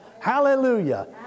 Hallelujah